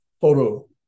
photo